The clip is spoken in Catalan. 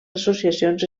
associacions